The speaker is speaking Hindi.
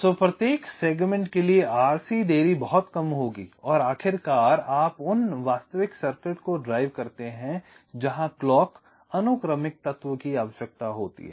इसलिए प्रत्येक सेगमेंट के लिए RC देरी बहुत कम होगी और आखिरकार आप उन वास्तविक सर्किट को ड्राइव करते है जहां क्लॉक अनुक्रमिक तत्व की आवश्यकता होती है